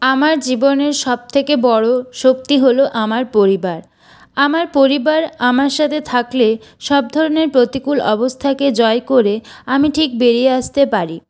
আমার জীবনের সবথেকে বড় শক্তি হল আমার পরিবার আমার পরিবার আমার সাথে থাকলে সব ধরণের প্রতিকূল অবস্থাকে জয় করে আমি ঠিক বেরিয়ে আসতে পারি